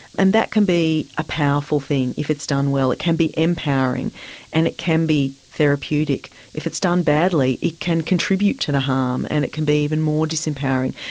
and that can be a powerful thing if it's done well. it can be empowering and it can be therapeutic. if it's done badly it can contribute to the harm and it can be even more disempowering.